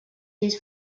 his